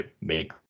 make